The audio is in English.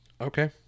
Okay